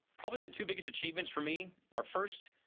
probably the two biggest achievements for me, our first,